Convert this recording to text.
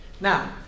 Now